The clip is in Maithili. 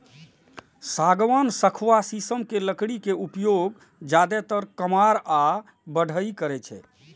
सागवान, सखुआ, शीशम के लकड़ी के उपयोग जादेतर कमार या बढ़इ करै छै